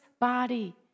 body